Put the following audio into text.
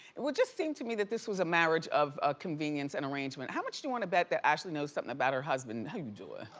it just seemed to me that this was a marriage of ah convenience and arrangement. how much do you wanna bet that ashley knows something about her husband? how you doin'?